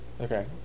okay